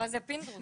אבל זה פינדרוס.